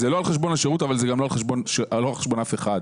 זה לא על חשבון השירות אבל זה גם לא על חשבון אף אחד,